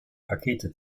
pakete